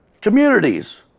Communities